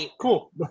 Cool